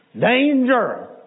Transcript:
Danger